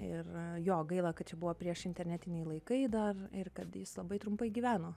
ir jo gaila kad čia buvo priešinternetiniai laikai dar ir kad jis labai trumpai gyveno